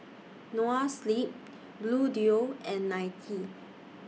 Noa Sleep Bluedio and Nike